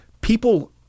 People